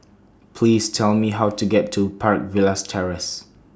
Please Tell Me How to get to Park Villas Terrace